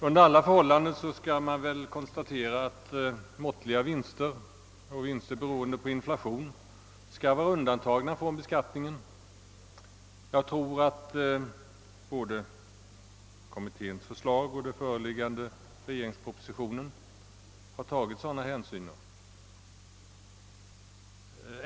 Under alla förhållanden kan man konstatera, att måttliga vinster och vinster beroende på inflation skall vara undantagna från beskattning. Jag anser att man både i kommitténs förslag och i den föreliggande propositionen har tagit sådana hänsyn.